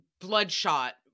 bloodshot